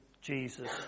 Jesus